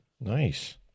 Nice